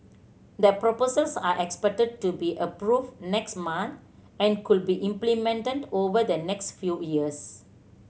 the proposals are expected to be approved next month and could be implemented over the next few years